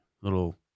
little